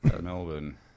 Melbourne